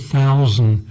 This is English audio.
thousand